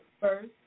First